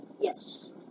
Yes